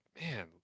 man